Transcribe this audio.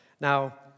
Now